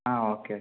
ആ okay okay